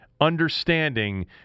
understanding